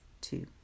two